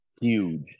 huge